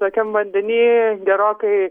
tokiam vandeny gerokai